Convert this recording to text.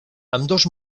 ambdós